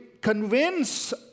convince